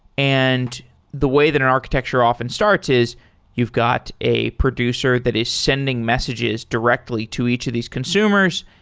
and the way that an architecture often starts is you've got a producer that is sending messages directly to each of these consumers.